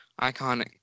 iconic